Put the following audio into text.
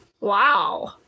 Wow